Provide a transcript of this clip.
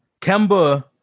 Kemba